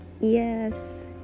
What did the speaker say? yes